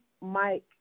Mike